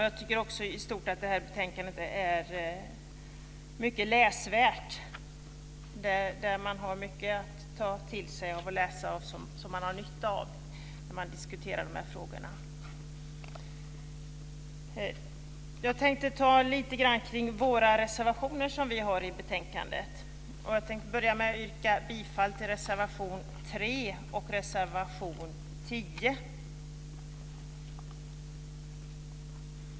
Jag tycker också att betänkandet i stort är mycket läsvärt, att där finns mycket att läsa och ta till sig och som man har nytta av när de här frågorna diskuteras. Jag tänkte ta upp lite grann om våra reservationer i betänkandet. Jag börjar med att yrka bifall till reservationerna 3 och 10.